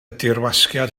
dirwasgiad